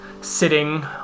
sitting